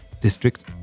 District